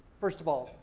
first of all,